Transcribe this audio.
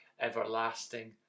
everlasting